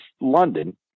London